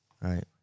right